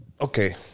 okay